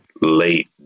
late